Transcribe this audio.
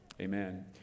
Amen